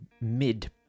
mid